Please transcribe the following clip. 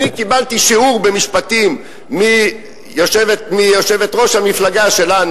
קיבלתי שיעור במשפטים מיושבת-ראש המפלגה שלנו,